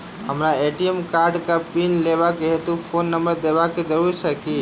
हमरा ए.टी.एम कार्डक पिन लेबाक हेतु फोन नम्बर देबाक जरूरी छै की?